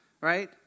right